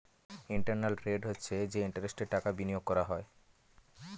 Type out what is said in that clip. internal rate হচ্ছে যে ইন্টারেস্টে টাকা বিনিয়োগ করা হয়